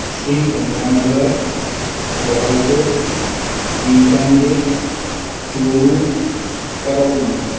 Shri Ganga Nagar Dholpur Bikaner Churu Karauli